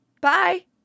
Bye